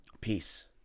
Peace